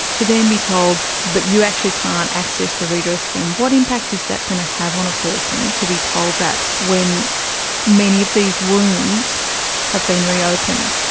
to then be told, but you actually can't access the redress scheme? what impact is that going to have on a person to be told that when many of these wounds have been reopened?